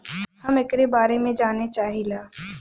हम एकरे बारे मे जाने चाहीला?